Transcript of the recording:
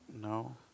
No